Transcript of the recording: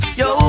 yo